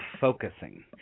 focusing